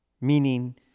Meaning